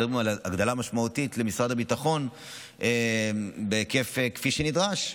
מדברים על הגדלה משמעותית למשרד הביטחון בהיקף כפי שנדרש,